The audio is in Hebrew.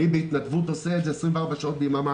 אני עושה את זה בהתנדבות 24 שעות ביממה.